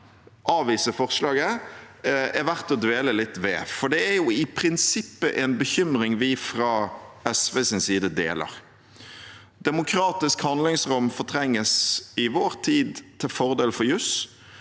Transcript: avvise forslaget, er verdt å dvele litt ved, for det er i prinsippet en bekymring vi fra SVs side deler. Demokratisk handlingsrom fortrenges i vår tid til fordel for juss,